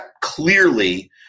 clearly